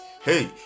Hey